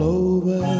over